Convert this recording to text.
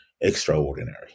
extraordinary